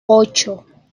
ocho